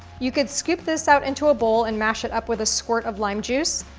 you could scoop this out into a bowl and mash it up with a squirt of lime juice,